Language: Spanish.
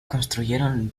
construyeron